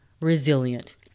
resilient